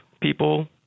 people